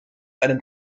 einem